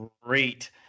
great